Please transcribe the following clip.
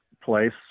place